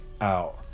out